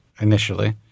initially